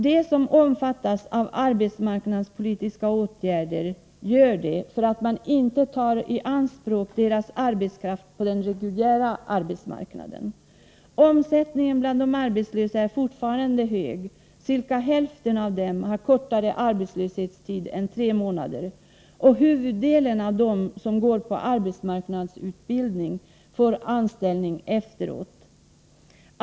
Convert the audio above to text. De som omfattas av arbetsmarknadspolitiska åtgärder gör det därför att deras arbetskraft inte tas i anspråk på den reguljära arbetsmarknaden. Omsättningen bland de arbetslösa är fortfarande hög, ca hälften av dem har kortare arbetslöshetstid än tre månader, och huvuddelen av dem som går på arbetsmarknadsutbildning får anställning efteråt.